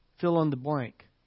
fill-in-the-blank